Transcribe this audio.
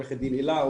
עורכת דין הילה,